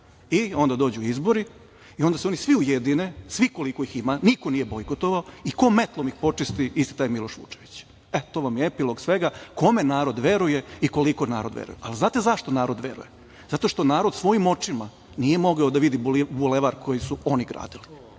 i onda dođu izbori i onda se oni svi ujedine i svi koliko ih ima, niko nije bojkotovao, i ko metlom ih počisti isti taj Vučević. To vam je epilog svega kome narod veruje i koliko veruje. Znate zašto veruje, zato što narod svojim očima nije mogao da vidi Bulevar koji su oni gradili,